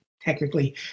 technically